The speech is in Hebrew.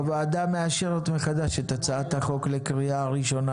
הוועדה מאשרת מחדש את הצעת החוק לקריאה השנייה